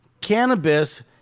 cannabis